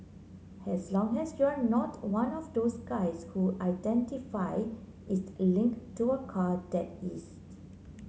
as long as you're not one of those guys who identity is linked to a car that is